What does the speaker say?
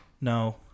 No